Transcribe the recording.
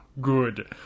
good